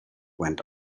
went